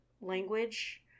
language